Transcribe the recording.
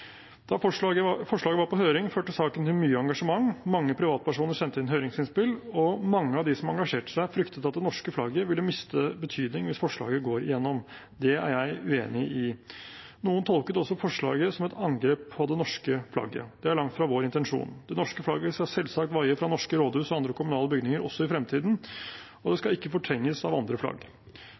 Da forslaget var på høring, førte saken til mye engasjement. Mange privatpersoner sendte inn høringsinnspill, og mange av dem som engasjerte seg, fryktet at det norske flagget ville miste betydning hvis forslaget går gjennom. Det er jeg uenig i. Noen tolket også forslaget som et angrep på det norske flagget. Det er langt fra vår intensjon. Det norske flagget skal selvsagt vaie fra norske rådhus og andre kommunale bygninger også i fremtiden, og det skal ikke fortrenges av andre flagg.